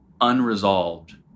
unresolved